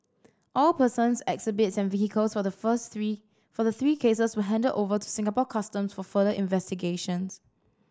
all persons exhibits and vehicles for the first three for the three cases were handed over to Singapore Custom for further investigations